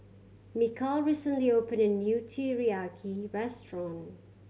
Mikal recently opened a new Teriyaki Restaurant